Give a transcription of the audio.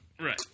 Right